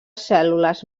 cèl·lules